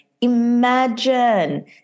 Imagine